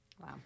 Wow